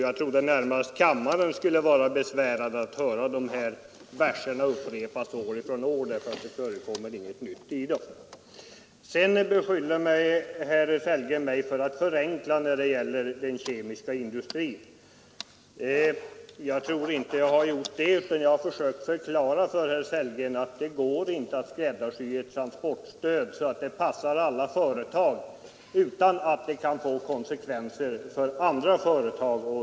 Jag trodde närmast kammaren skulle vara besvärad av att höra de här verserna upprepas år från år, därför att det förekommer inget nytt i dem. Sedan beskyllde herr Sellgren mig för att förenkla när det gäller den kemiska industrin. Jag tror inte jag har gjort det, utan jag har försökt förklara för herr Sellgren att det går inte att skräddarsy ett transportstöd så att det passar alla företag inom en bransch utan att det får konsekvenser för andra företag.